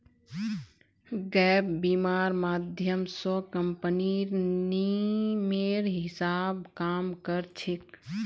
gap बीमा र माध्यम स कम्पनीर नियमेर हिसा ब काम कर छेक